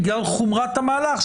בגלל חומרת המהלך,